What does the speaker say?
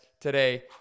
today